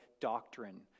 doctrine